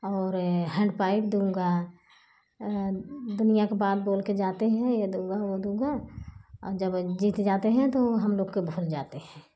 अओर हैंडपाइप दूँगा दुनिया का बात बोलके जाते हैं ये दूँगा वो दूँगा और जब जीत जाते हैं तो हम लोग को भूल जाते हैं